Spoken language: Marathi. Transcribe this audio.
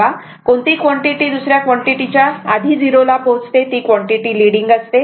किंवा कोणती क्वांटिटी दुसऱ्या क्वांटिटी च्या आधी 0 ला पोहोचते ती क्वांटिटी लीडिंग असते